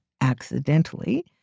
accidentally